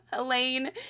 Elaine